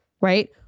right